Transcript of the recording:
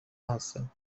هستند